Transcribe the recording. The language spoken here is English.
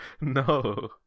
No